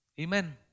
Amen